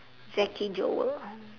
ezekiel joel